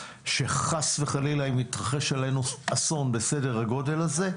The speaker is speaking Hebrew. שחס וחלילה אם יתרחש עלינו אסון בסדר הגדול הזה,